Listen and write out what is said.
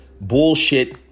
bullshit